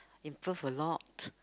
improve a lot